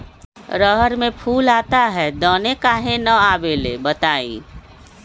रहर मे फूल आता हैं दने काहे न आबेले बताई?